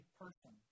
person